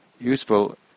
useful